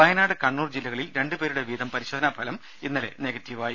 വയനാട് കണ്ണൂർ ജില്ലകളിൽ രണ്ടു പേരുടെ വീതം പരിശോധനാ ഫലം ഇന്നലെ നെഗറ്റീവായി